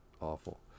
awful